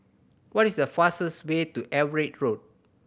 what is the fastest way to Everitt Road